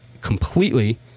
completely